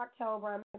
October